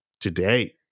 today